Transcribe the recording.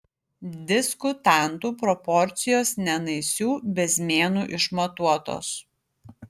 diskutantų proporcijos ne naisių bezmėnu išmatuotos